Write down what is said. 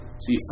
See